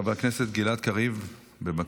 חברי הכנסת גלעד קריב, בבקשה.